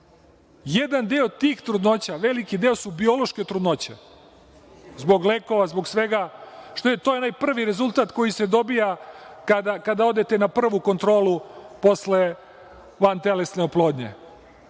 jedan deo tih trudnoća su biološke trudnoće, zbog lekova, zbog svega i to je onaj prvi rezultat koji se dobija kada odete na prvu kontrolu posle vantelesne oplodnje.